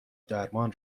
درمان